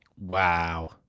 Wow